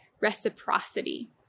reciprocity